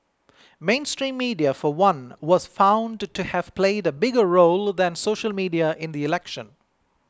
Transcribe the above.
mainstream media for one was found to have played a bigger role than social media in the election